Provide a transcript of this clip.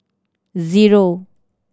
zero